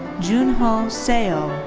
joonho seo.